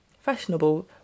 Fashionable